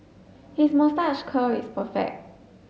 his moustache curl is perfect